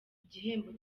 igihembo